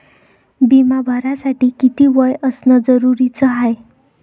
बिमा भरासाठी किती वय असनं जरुरीच हाय?